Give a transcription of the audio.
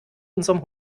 unserem